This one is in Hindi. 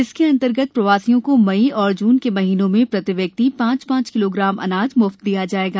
इसके अंतर्गत प्रवासियों को मई और जून के महीनों में प्रति व्यक्ति पांच पांच किलोग्राम अनाज म्फ्त दिया जाएगा